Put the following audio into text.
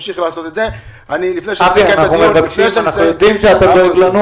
אנחנו יודעים שאבי דואג לנו.